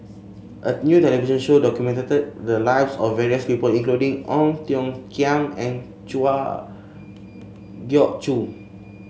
a new television show documented the lives of various people including Ong Tiong Khiam and Geok Choo